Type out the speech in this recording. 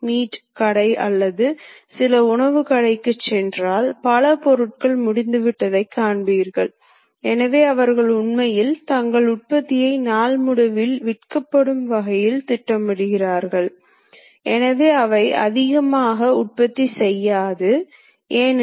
அடிப்படை நீள அலகு என்ன என்பதை புரிந்து கொள்ள ஷாப்ட் என்கோடர் ஒரு சுழற்சிக்கு 500 துடிப்புகளைக் கொடுக்கும் எனவும் மறுபுறம் பந்து ஸ்க்ரூபிட்ச் 1 மி